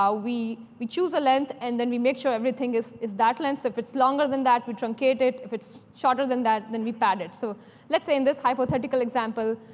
um we we choose a length, and then we make sure everything is that length. so if it's longer than that, we truncate it. if it's shorter than that, then we pad it. so let's say, in this hypothetical example,